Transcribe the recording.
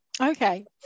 okay